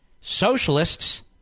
Socialists